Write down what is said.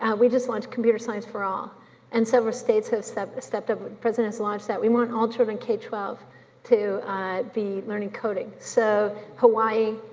ah we just launched computer science for all and several states have stepped stepped up, president's launched that, we want all children, k twelve to be learning coding so, hawaii,